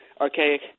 archaic